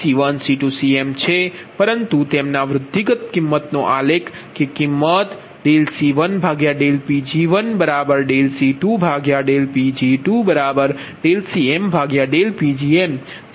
પરંતુ તેમના વૃદ્ધિગત કિંમતનો આલેખ કે કિંમત ∂C1Pg1∂C2Pg2∂CmPgm તેઓ બધા સમાન હોય છે